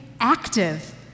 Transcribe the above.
active